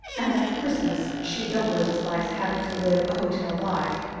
and at christmas she doubly dislikes having to live a hotel life.